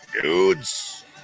dudes